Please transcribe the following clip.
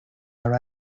write